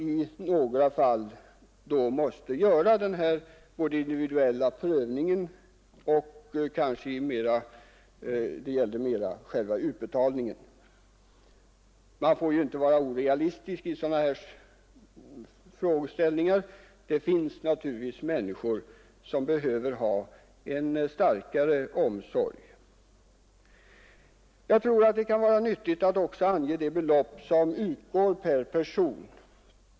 I några fall måste man göra en individuell prövning. Det gällde kanske där också mera själva sättet för utbetalningen. I frågeställningar av detta slag får man inte vara orealistisk, och det finns naturligtvis människor som behöver en större omsorg i detta avseende. Jag tror också att det kan vara nyttigt att ange det belopp som utgår per person.